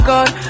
God